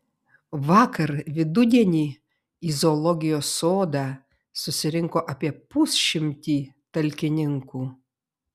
vakar vidudienį į zoologijos sodą susirinko apie pusšimtį talkininkų